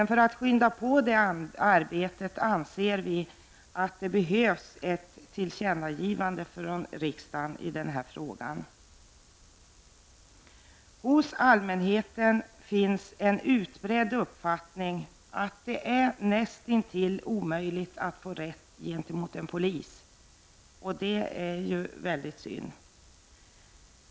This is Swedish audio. För att skynda på detta arbete behövs det ett tillkännagivande från riksdagen. Hos allmänheten finns en utbredd uppfattning att det näst intill är omöjligt att få rätt gentemot en polis, och det är ju synd.